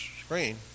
screen